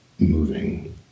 moving